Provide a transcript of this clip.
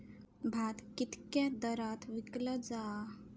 भात कित्क्या दरात विकला जा?